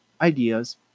ideas